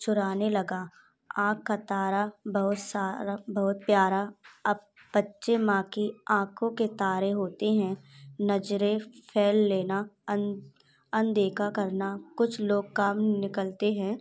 चुराने लगा आँख का तारा बहुत बहुत प्यारा अप बच्चे माँ की आँखों के तारे होते हैं नजरें फेर लेना अनदेखा करना कुछ लोग काम निकलते हैं